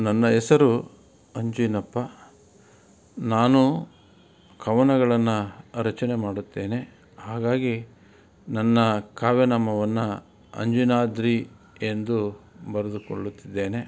ನನ್ನ ಹೆಸರು ಅಂಜಿನಪ್ಪ ನಾನು ಕವನಗಳನ್ನು ರಚನೆ ಮಾಡುತ್ತೇನೆ ಹಾಗಾಗಿ ನನ್ನ ಕಾವ್ಯನಾಮವನ್ನು ಅಂಜನಾದ್ರಿ ಎಂದು ಬರೆದುಕೊಳ್ಳುತ್ತಿದ್ದೇನೆ